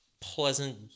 pleasant